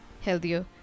healthier